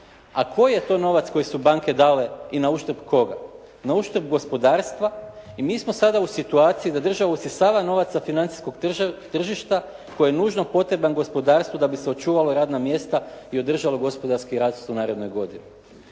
a koji je to novac koji su banke dale i nauštrb koga? Na uštrb gospodarstva. I mi smo sada u situaciji da država usisava novac sa financijskog tržišta koji je nužno potreban gospodarstvu da bi sačuvali radna mjesta i održalo gospodarski rast u narednoj godini.